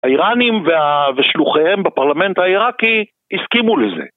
האיראנים ושלוחיהם בפרלמנט העיראקי הסכימו לזה.